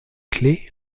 clé